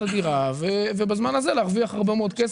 הדירה ובזמן הזה להרוויח הרבה מאוד כסף.